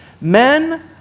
Men